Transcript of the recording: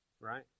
right